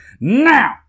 Now